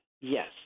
yes